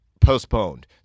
postponed